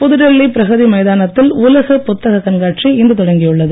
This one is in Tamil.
புதுடில்லி பிரகதி மைதானத்தில் உலகப் புத்தகக் கண்காட்சி இன்று தொடங்கியுள்ளது